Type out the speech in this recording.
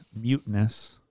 mutinous